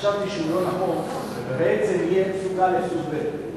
חשבתי שזה לא נכון, שבעצם יהיה סוג א' וסוג ב'.